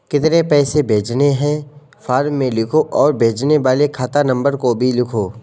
कितने पैसे भेजने हैं फॉर्म में लिखो और भेजने वाले खाता नंबर को भी लिखो